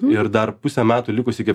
ir dar pusę metų likus iki